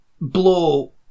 blow